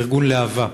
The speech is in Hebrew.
ארגון להב"ה.